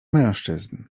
mężczyzn